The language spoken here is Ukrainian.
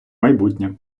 майбутнє